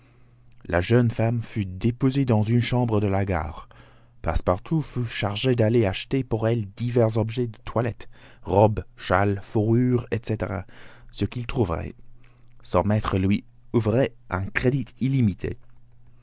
la jeune femme fut déposée dans une chambre de la gare passepartout fut chargé d'aller acheter pour elle divers objets de toilette robe châle fourrures etc ce qu'il trouverait son maître lui ouvrait un crédit illimité